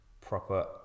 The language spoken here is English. proper